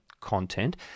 content